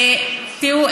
תראו,